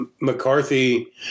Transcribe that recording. McCarthy